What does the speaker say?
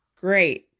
great